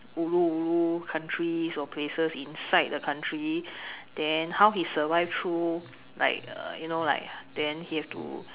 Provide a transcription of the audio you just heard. ulu ulu countries or places inside a country then how he survive through like uh you know like then he have to